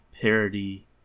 parody